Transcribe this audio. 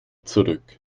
zurück